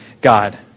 God